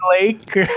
Lake